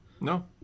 No